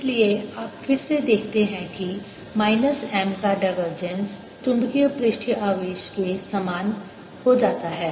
इसलिए आप फिर से देखते हैं कि माइन स M का डाइवर्जेंस चुंबकीय पृष्ठीय आवेश के समान हो जाता है